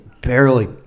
barely